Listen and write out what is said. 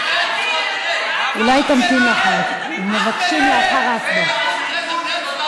אולי תמתין, אחמד, מבקשים לאחר ההצבעה.